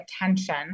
attention